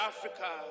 Africa